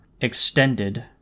extended